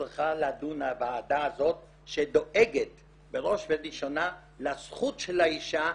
הזאת צריכה לדון בהם שדואגת בראש וראשונה לזכות של האישה,